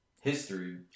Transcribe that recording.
history